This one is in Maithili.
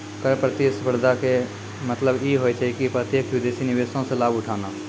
कर प्रतिस्पर्धा के मतलब इ होय छै कि प्रत्यक्ष विदेशी निवेशो से लाभ उठाना